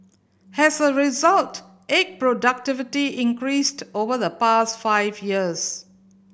has a result egg productivity increased over the past five years